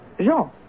Jean